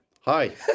Hi